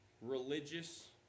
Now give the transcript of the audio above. religious